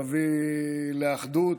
תביא לאחדות,